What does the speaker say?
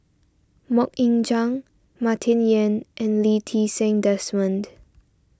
Mok Ying Jang Martin Yan and Lee Ti Seng Desmond